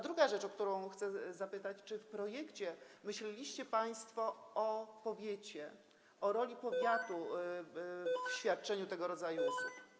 Druga rzecz, o którą chcę zapytać: Czy przy okazji tego projektu myśleliście państwo o powiecie, o roli powiatu w świadczeniu tego rodzaju usług?